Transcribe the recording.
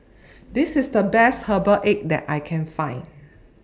This IS The Best Herbal Egg that I Can Find